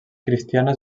cristiana